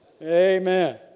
Amen